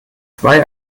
zwei